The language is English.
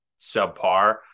subpar